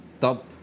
top